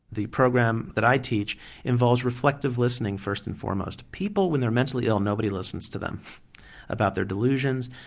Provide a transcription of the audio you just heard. the program that i teach involves reflective listening first and foremost. people when they're mentally ill nobody listens to them about their delusions,